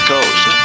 Coast